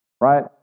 right